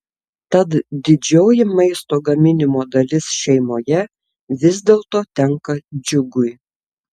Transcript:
tad didžioji maisto gaminimo dalis šeimoje vis dėlto tenka džiugui